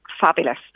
fabulous